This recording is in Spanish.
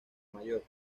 mayor